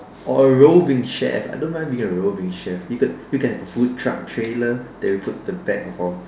or a roving chef I don't mind being a roving chef we could we could have a food truck trailer that we put the back of our